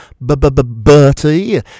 Bertie